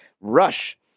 rush